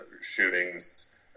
shootings